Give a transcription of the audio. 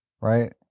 Right